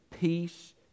Peace